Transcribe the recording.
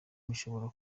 mushobora